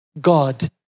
God